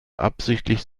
absichtlich